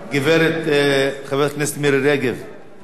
חברת הכנסת מירי רגב, את